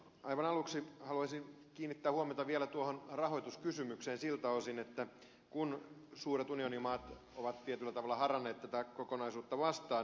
aivan aluksi haluaisin kiinnittää huomiota vielä tuohon rahoituskysymykseen siltä osin kun suuret unionimaat ovat tietyllä tavalla haranneet tätä kokonaisuutta vastaan